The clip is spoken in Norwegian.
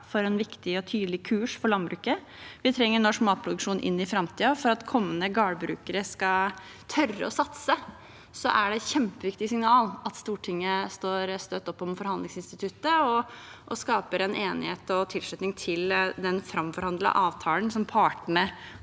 for en viktig og tydelig kurs for landbruket. Vi trenger norsk matproduksjon inn i framtiden. For at kommende gårdbrukere skal tørre å satse, er det et kjempeviktig signal at Stortinget står støtt opp om forhandlingsinstituttet og skaper en enighet og tilslutning til den framforhandlede avtalen som partene